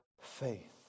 faith